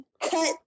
cut